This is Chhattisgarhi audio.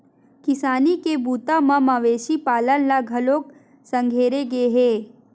किसानी के बूता म मवेशी पालन ल घलोक संघेरे गे हे